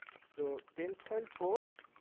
so tensile force